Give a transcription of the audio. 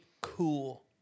cool